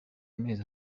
mezi